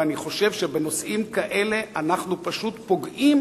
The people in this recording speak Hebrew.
ואני חושב שבנושאים כאלה אנחנו פשוט פוגעים